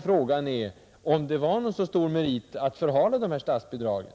Frågan är då om det är någon så stor merit att förhala statsbidragen,